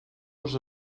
los